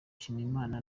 nshimirimana